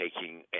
taking